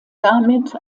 damit